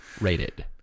rated